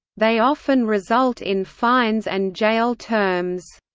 they often result in fines and jail terms.